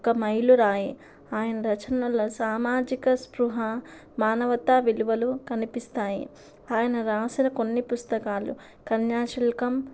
ఒక మైలురాయి ఆయన రచనల సామాజిక స్పృహ మానవత విలువలు కనిపిస్తాయి ఆయన రాసిన కొన్ని పుస్తకాలు కన్యాశుల్కం